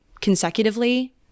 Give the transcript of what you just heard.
consecutively